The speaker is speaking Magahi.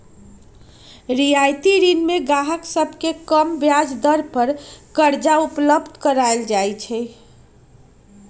रियायती ऋण में गाहक सभके कम ब्याज दर पर करजा उपलब्ध कराएल जाइ छै